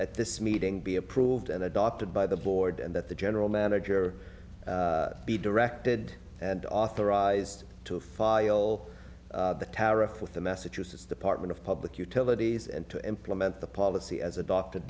at this meeting be approved and adopted by the board and that the general manager be directed and authorized to file the tariff with the massachusetts department of public utilities and to implement the policy as adopted